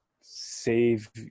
save